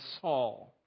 Saul